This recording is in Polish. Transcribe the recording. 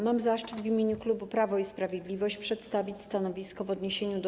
Mam zaszczyt w imieniu klubu Prawo i Sprawiedliwość przedstawić stanowisko w odniesieniu do